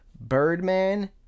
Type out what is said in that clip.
Birdman